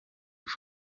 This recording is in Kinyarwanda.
ubu